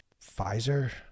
Pfizer